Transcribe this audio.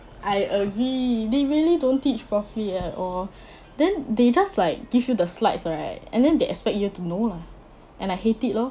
I agree they really don't teach properly at all then they just like give you the slides right and then they expect you to know lah and I hate it lor